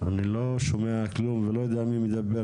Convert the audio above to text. לא נמצאת